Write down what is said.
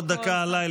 עוד דקה עליי,